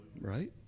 Right